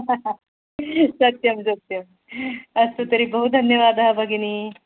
सत्यं सत्यम् अस्तु तर्हि बहु धन्यवादः भगिनि